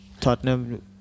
Tottenham